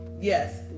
yes